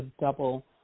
double